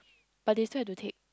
but they still have to take